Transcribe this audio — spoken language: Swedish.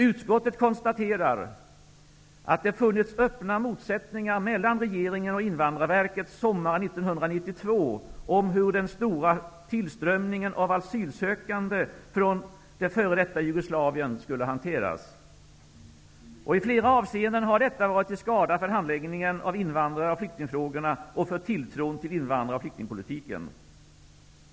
Utskottet konstaterar att det sommaren 1992 fanns öppna motsättningar mellan regeringen och Invandrarverket om hur den stora tillströmningen av asylsökande från f.d. Jugoslavien skulle hanteras. I flera avseenden har detta varit till skada för handläggningen av invandrar och flyktingfrågorna och för tilltron till invandrar och flyktingpolitiken.